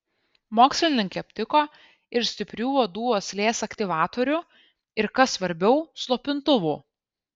mokslininkai aptiko ir stiprių uodų uoslės aktyvatorių ir kas svarbiau slopintuvų